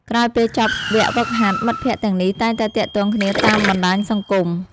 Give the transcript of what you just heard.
ក្រោយពេលចប់វគ្គហ្វឹកហាត់ មិត្តភក្តិទាំងនេះតែងតែទាក់ទងគ្នាតាមបណ្តាញសង្គម។